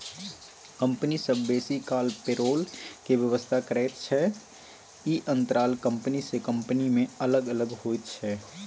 company सब बेसी काल पेरोल के व्यवस्था करैत छै, ई अंतराल कंपनी से कंपनी में अलग अलग होइत छै